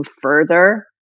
further